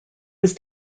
was